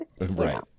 right